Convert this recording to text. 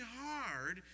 hard